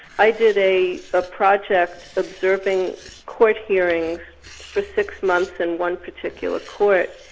i did a ah project observing court hearings for six months in one particular court.